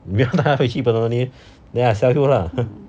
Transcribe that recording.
你要带她回去 boloney then I sell you lah